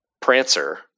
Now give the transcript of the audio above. Prancer